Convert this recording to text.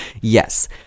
Yes